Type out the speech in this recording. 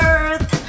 Earth